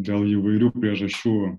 dėl įvairių priežasčių